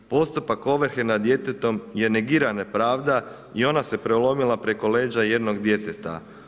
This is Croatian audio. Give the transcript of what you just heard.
Postupak ovrhe nad djetetom je negirana pravda i ona se prelomila preko leđa jednog djeteta.